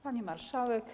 Pani Marszałek!